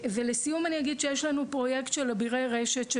לסיום אני אגיד שיש לנו פרויקט של אבירי רשת.